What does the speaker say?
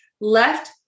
left